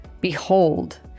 Behold